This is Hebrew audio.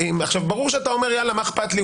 ברור שאתה אומר: מה אכפת לי?